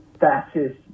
Fascist